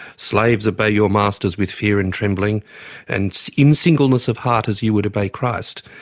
slaves obey your masters with fear and trembling and in singleness of heart as you would obey christ.